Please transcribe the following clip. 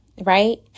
Right